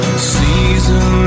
Season